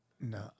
No